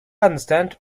understand